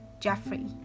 jeffrey